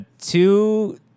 two